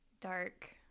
dark